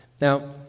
Now